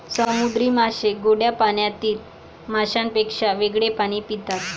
समुद्री मासे गोड्या पाण्यातील माशांपेक्षा वेगळे पाणी पितात